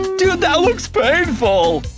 dude, that looks painful!